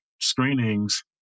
screenings